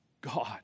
God